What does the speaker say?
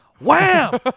Wham